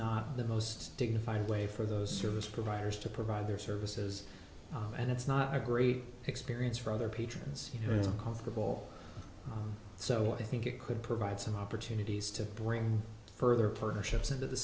not the most dignified way for those service providers to provide their services and it's not a great experience for other peterman's here isn't comfortable so i think it could provide some opportunities to bring further partnerships into the